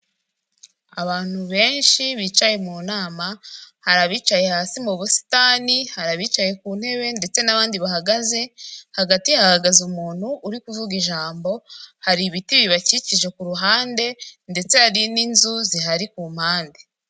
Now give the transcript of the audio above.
Abantu benshi bicaye mu nama hari abicaye hasi mu busitani, hari abicaye ku ntebe, ndetse n'abandi bahagaze, hagati hahagaze umuntu uri kuvuga ijambo, hari ibiti bibakikije ku ruhande ndetse hari n'inzu zihari ku mpande.